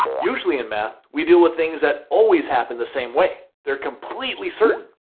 usually in math we deal with things that always happen the same way. they're completely certain.